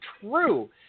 true